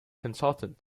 consultant